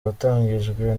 watangijwe